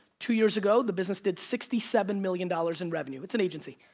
two years ago the business did sixty seven million dollars in revenue, its an agency.